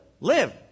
Live